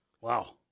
Wow